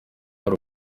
hari